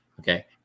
okay